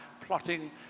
plotting